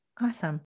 Awesome